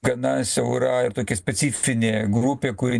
gana siaura tokia specifinė grupė kuri